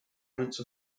balance